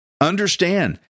Understand